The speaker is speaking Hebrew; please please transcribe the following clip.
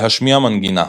להשמיע מנגינה.